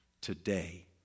today